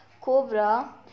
Cobra